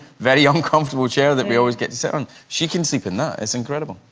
very uncomfortable chair that we always get seven she can sleep in that it's incredible.